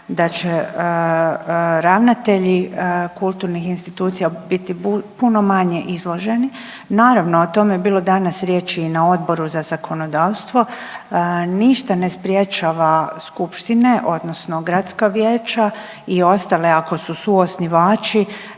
da će ravnatelji kulturnih institucija biti puno manje izloženi. Naravno, o tome je bilo danas riječi i na Odboru za zakonodavstvo, ništa ne sprječava skupštine odnosno gradska vijeća i ostale ako su suosnivači